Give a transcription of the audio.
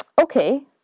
Okay